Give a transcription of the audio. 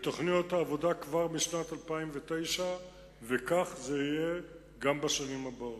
בתוכניות העבודה כבר בשנת 2009 וכך זה יהיה גם בשנים הבאות.